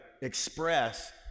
express